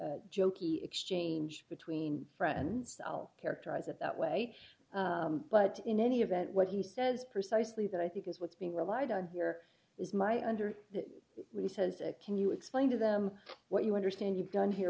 jokey exchange between friends characterize it that way but in any event what he says precisely that i think is what's being relied on here is my under when he says can you explain to them what you understand you've done here